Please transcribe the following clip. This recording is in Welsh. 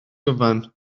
gyfan